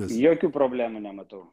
jokių problemų nematau